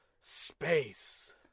Space